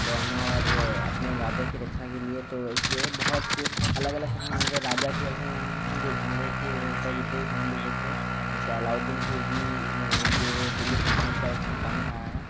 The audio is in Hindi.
दौड़ना और अपने राजा की रक्षा के लिए तो इसलिए बहुत अलग अलग समय पर राजा भी ऐसे हुए हैं जो घोड़ों के ऊपर विशेष ध्यान देते थे जैसे अलाउद्दीन खिलजी जो दिल्ली सल्तनत का एक सुल्तान रहा है तो